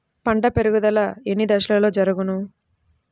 పంట పెరుగుదల ఎన్ని దశలలో జరుగును?